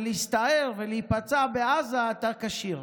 להסתער ולהיפצע בעזה אתה כשיר,